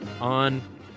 on